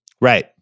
Right